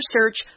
search